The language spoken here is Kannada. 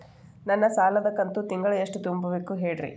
ನನ್ನ ಸಾಲದ ಕಂತು ತಿಂಗಳ ಎಷ್ಟ ತುಂಬಬೇಕು ಹೇಳ್ರಿ?